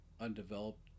undeveloped